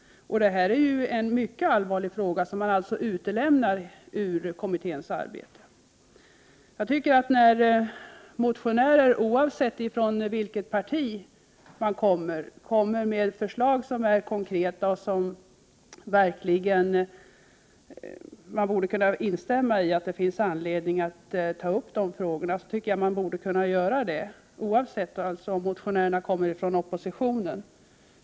Detta är en — 1 juni 1989 mycket allvarlig fråga som nu alltså lämnas utanför kommitténs arbete. När motionärer kommer med konkreta förslag och då man verkligen borde kunna instämma i att det finns anledning att utreda de frågorna, tycker jag att man också borde kunna göra det, oavsett från vilket parti motionärerna kommer.